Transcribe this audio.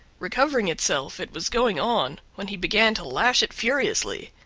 recovering itself it was going on, when he began to lash it furiously.